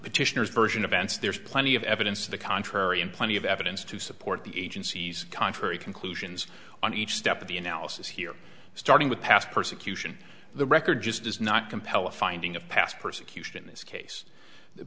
petitioners version of events there's plenty of evidence to the contrary and plenty of evidence to support the agency's contrary conclusions on each step of the analysis here starting with past persecution the record just does not compel a finding of past persecution in this case the